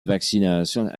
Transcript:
vaccination